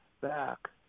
back